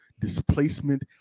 displacement